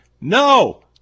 no